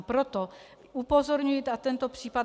Proto upozorňuji na tento případ.